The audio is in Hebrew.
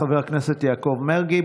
חבר הכנסת יעקב מרגי,